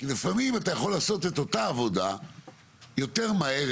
כי לפעמים אתה יכול לעשות את אותה עבודה יותר מהיר,